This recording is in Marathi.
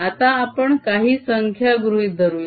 आता आपण काही संख्या गृहीत धरूया